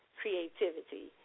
creativity